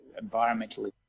environmentally